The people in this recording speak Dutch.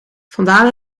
vandalen